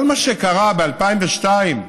כל מה שקרה ב-2002,